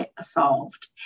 solved